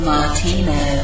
Martino